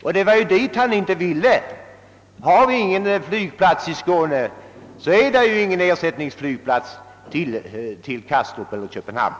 Och det var ju dit han inte ville komma. Har vi ingen flygplats i Skåne, så finns det ingen ersättningsflygplats till Kastrup eller Köpenhamn.